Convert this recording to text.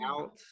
out